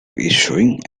issuing